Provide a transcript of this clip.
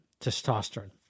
Testosterone